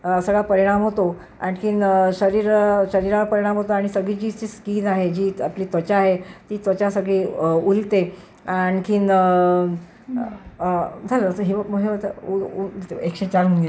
सगळा परिणाम होतो आणखीन शरीर शरीरावर परिणाम होतो आणि सगळी जी स्किन आहे जी आपली त्वचा आहे ती त्वचा सगळी उलते आणखीन झालं आता हे होतं हे होतं एकशे चारमध्ये